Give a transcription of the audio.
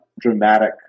dramatic